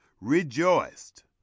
rejoiced